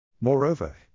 Moreover